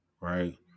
Right